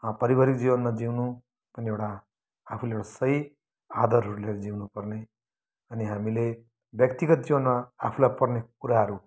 पारिवारिक जीवनमा जिउनु पनि एउटा आफूले एउटा सही आधारहरू लिएर जिउनु पर्ने अनि हामीले व्यक्तिगत जीवनमा आफूलाई पर्ने कुराहरू